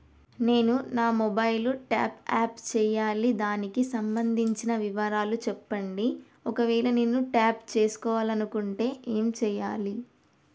నేను నా mobile top up చేయాలి దానికి సంబంధించిన వివరాలు చెప్పండి ఒకవేళ నేను టాప్ చేసుకోవాలనుకుంటే ఏం చేయాలి?